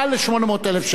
מעל ל-800,000 שקל.